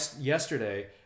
yesterday